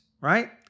right